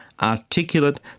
articulate